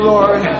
Lord